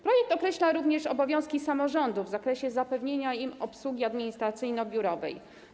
Projekt określa również obowiązki samorządów w zakresie zapewnienia im obsługi administracyjno-biurowej.